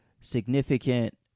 significant